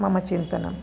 मम चिन्तनम्